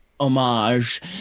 homage